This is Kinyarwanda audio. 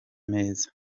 meza